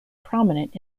prominent